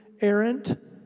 errant